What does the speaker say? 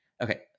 Okay